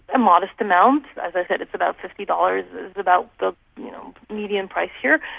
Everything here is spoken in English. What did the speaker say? a modest amount, as i said it's about fifty dollars is about the you know median price here.